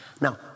Now